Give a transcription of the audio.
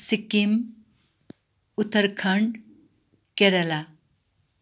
Sikkim Uttarakhand Kerala